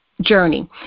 journey